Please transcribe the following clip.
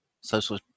social